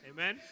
Amen